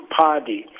party